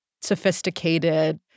sophisticated